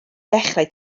dechrau